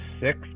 six